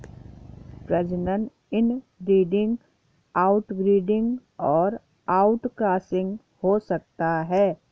प्रजनन inbreeding, outbreeding और outcrossing हो सकता है